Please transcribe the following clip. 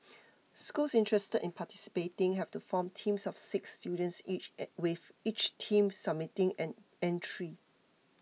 schools interested in participating have to form teams of six students each with each team submitting an entry